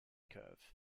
curve